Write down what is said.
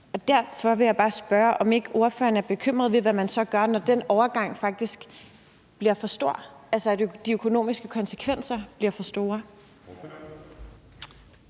Derfor vil jeg bare spørge, om ikke ordføreren er bekymret for, hvad man så gør, når den overgang faktisk bliver for lang og de økonomiske konsekvenser bliver for store.